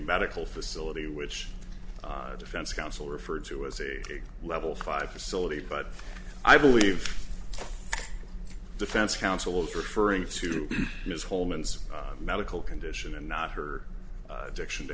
medical facility which defense counsel referred to as a level five facility but i believe defense counsel was referring to his home and medical condition and not her addiction to